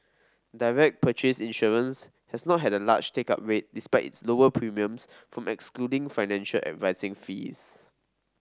direct purchase insurance has not had a large take up rate despite its lower premiums from excluding financial advising fees